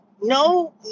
no